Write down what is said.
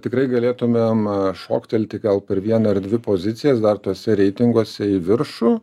tikrai galėtumėm šoktelti gal per vieną ar dvi pozicijas dar tuose reitinguose į viršų